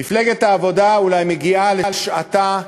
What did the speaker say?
מפלגת העבודה אולי מגיעה לשעתה החשובה.